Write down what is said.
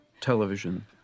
television